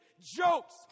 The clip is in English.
jokes